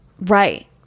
Right